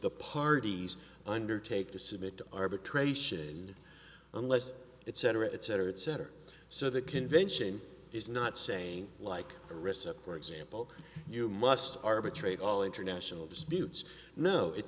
the parties undertake to submit to arbitration unless it cetera et cetera et cetera so the convention is not saying like a receptive example you must arbitrate all international disputes no it